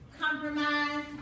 compromise